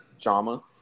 Drama